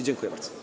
Dziękuję bardzo.